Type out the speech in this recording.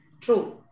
True